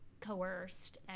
coerced